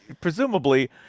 presumably